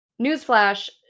Newsflash